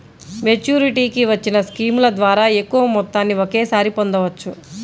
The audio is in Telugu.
మెచ్యూరిటీకి వచ్చిన స్కీముల ద్వారా ఎక్కువ మొత్తాన్ని ఒకేసారి పొందవచ్చు